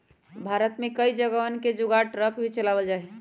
भारत में कई जगहवन पर जुगाड़ ट्रक भी चलावल जाहई